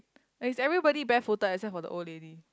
is everybody bare footed except for the old lady